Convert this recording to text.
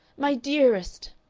my dearest!